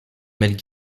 mel